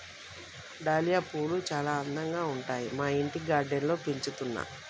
dahlia పూలు చాల అందంగా ఉంటాయి మా ఇంటి గార్డెన్ లో పెంచుతున్నా